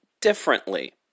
differently